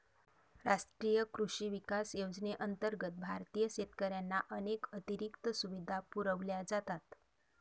राष्ट्रीय कृषी विकास योजनेअंतर्गत भारतीय शेतकऱ्यांना अनेक अतिरिक्त सुविधा पुरवल्या जातात